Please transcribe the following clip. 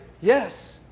yes